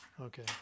Okay